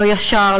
לא ישר,